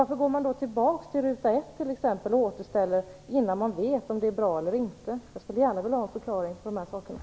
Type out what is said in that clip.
Varför går man t.ex. tillbaka till ruta ett och återställer innan man vet om det är bra eller inte? Jag skulle gärna vilja ha en förklaring av de här sakerna.